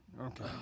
Okay